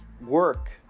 work